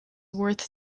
worth